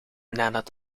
nadat